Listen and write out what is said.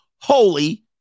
holy